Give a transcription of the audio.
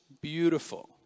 beautiful